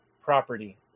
property